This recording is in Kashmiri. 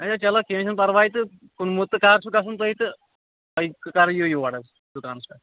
اَدٕ سا چَلو کیٚنٛہہ چھُنہٕ پرواے تہٕ کُنوُہ تہٕ کَر چھُ گَژھُن تۅہہِ تہٕ تُہۍ کَر یِیِو یوٗر حظ دُکانَس پیٚٹھ